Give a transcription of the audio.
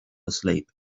asleep